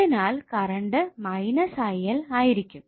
അതിനാൽ കറണ്ട് ആയിരിക്കും